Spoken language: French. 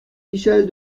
michèle